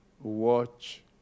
watch